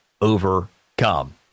overcome